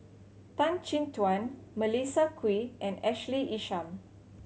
Tan Chin Tuan Melissa Kwee and Ashley Isham